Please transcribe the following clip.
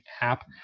app